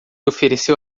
ofereceu